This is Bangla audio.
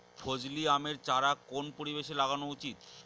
ফজলি আমের চারা কোন পরিবেশে লাগানো উচিৎ?